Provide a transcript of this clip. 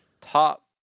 Top